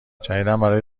جدیدابرای